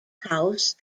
house